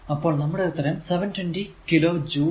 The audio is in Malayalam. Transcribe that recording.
അപ്പോൾ നമ്മുടെ ഉത്തരം 720 കിലോ ജൂൾ